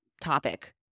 topic